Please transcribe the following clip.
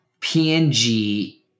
PNG